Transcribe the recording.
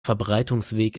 verbreitungsweg